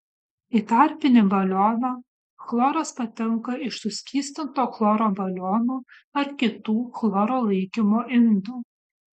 į tarpinį balioną chloras patenka iš suskystinto chloro balionų ar kitų chloro laikymo indų